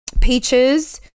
peaches